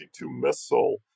Missile